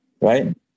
right